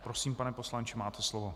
Prosím, pane poslanče, máte slovo.